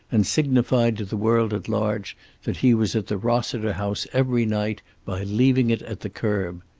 and signified to the world at large that he was at the rossiter house every night by leaving it at the curb.